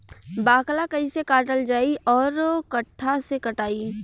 बाकला कईसे काटल जाई औरो कट्ठा से कटाई?